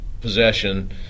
possession